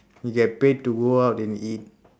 you get paid to go out and eat